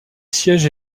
siège